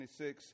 26